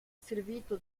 servito